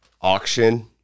auction